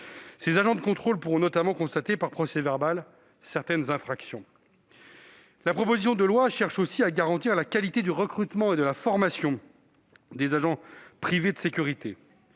Ses agents de contrôle pourront notamment constater par procès-verbal certaines infractions. La proposition de loi vise aussi à garantir la qualité du recrutement et de la formation des agents privés de sécurité.